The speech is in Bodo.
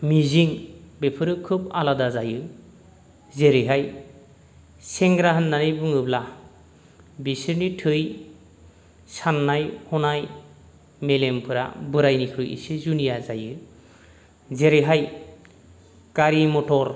मिजिं बेफोरो खोब आलादा जायो जेरैहाय सेंग्रा होननानै बुङोब्ला बिसोरनि थै साननाय हनाय मेलेमफोरा बोराइनिख्रुइ एसे जुनिया जायो जेरैहाय गारि मथर